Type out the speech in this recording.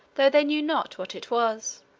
though they knew not what it was.